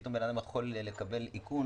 ופתאום אדם יכול לקבל איכון